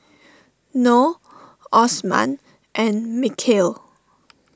Noh Osman and Mikhail